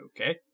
Okay